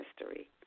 mystery